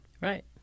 right